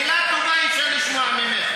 מילה טובה אי-אפשר לשמוע ממך,